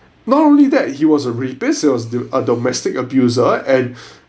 not only that he was a rapist he was the a domestic abuse and